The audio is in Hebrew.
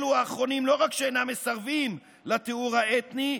אלו האחרונים לא רק שאינם מסרבים לטיהור האתני,